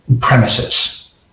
premises